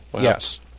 Yes